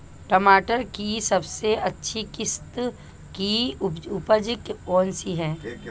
टमाटर की सबसे अच्छी किश्त की उपज कौन सी है?